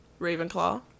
Ravenclaw